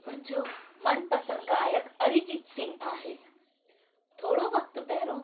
मुंहिंजो मनपसंदि गायक अरिजीत सिंह आहे थोरो वक़्तु पहिरियों